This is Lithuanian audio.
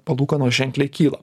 palūkanos ženkliai kyla